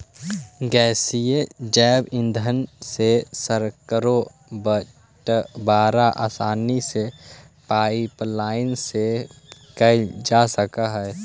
गैसीय जैव ईंधन से सर्गरो बटवारा आसानी से पाइपलाईन से कैल जा सकऽ हई